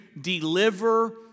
deliver